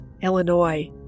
Illinois